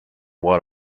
what